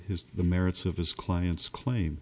his the merits of his client's claim